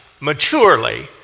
maturely